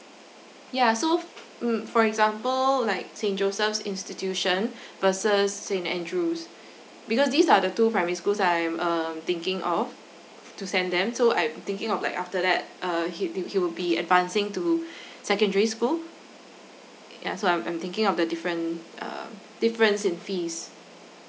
yeah so mm for example like saint joseph's institution versus saint andrew's because these are the two primary schools that I am uh thinking of to send them so I'm thinking of like after that uh he did he will be advancing to secondary school yeah so I'm I'm thinking of the different uh difference in fees